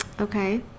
Okay